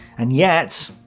and yet,